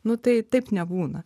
nu tai taip nebūna